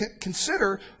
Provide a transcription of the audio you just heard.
consider